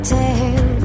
tell